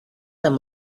them